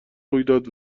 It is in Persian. رویداد